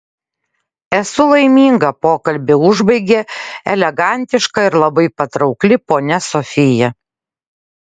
esu laiminga pokalbį užbaigė elegantiška ir labai patraukli ponia sofija